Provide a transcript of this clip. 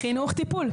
חינוך טיפול,